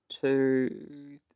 Two